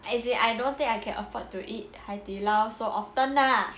as in I don't think I can afford to eat Hai Di Lao